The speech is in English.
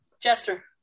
Jester